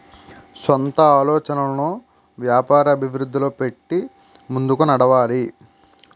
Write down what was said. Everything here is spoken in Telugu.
సొంత ఆలోచనలను వ్యాపార అభివృద్ధిలో పెట్టి ముందుకు నడవాలి